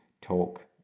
talk